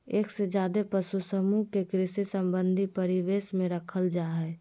एक से ज्यादे पशु समूह के कृषि संबंधी परिवेश में रखल जा हई